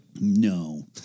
No